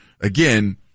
again